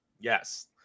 yes